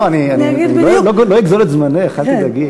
לא, אני לא אגזול את זמנך, אל תדאגי.